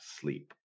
sleep